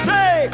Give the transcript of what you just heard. Say